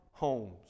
Homes